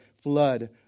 flood